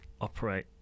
operate